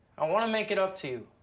i wanna make it up to